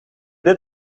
dit